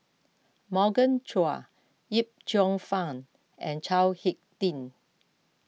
Morgan Chua Yip Cheong Fun and Chao Hick Tin